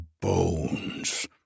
bones